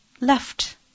Left